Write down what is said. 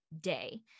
day